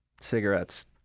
Cigarettes